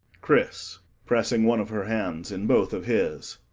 chris pressing one of her hands in both of his.